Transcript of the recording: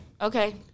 okay